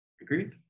agreed